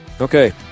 Okay